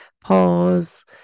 pause